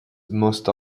most